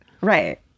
right